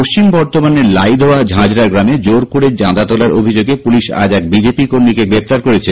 পশ্চিম বর্ধমানের লাইদোহা ঝাঁঝরা গ্রামে জোর করে চাঁদা তোলার অভিযোগে পুলিশ আজ এক বিজেপি কর্মীকে গ্রেপ্তার করেছে